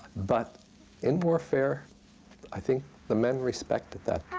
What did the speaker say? but in warfare i think the men respected that.